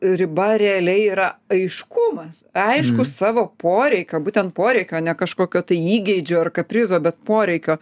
riba realiai yra aiškumas aiškus savo poreikio būtent poreikio ne kažkokio tai įgeidžio ar kaprizo bet poreikio